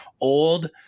old